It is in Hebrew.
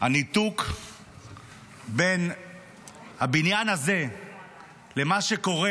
הניתוק בין הבניין הזה לבין מה שקורה